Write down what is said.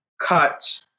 cut